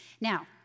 Now